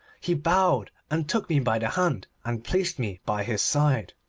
he bowed and took me by the hand, and placed me by his side.